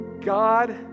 God